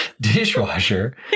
dishwasher